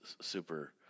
super